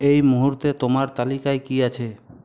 এই মুহূর্তে তোমার তালিকায় কী আছে